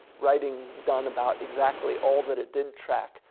writing done about exactly all that it did track,